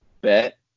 Bet